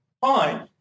Fine